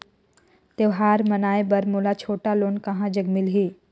त्योहार मनाए बर मोला छोटा लोन कहां जग मिलही?